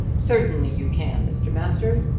certainly you can, mr. masters.